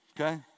Okay